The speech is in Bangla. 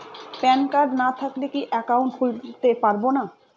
প্যান কার্ড না থাকলে কি একাউন্ট খুলতে পারবো না?